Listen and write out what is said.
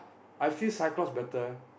I feel Cyclops better leh